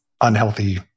unhealthy